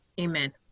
amen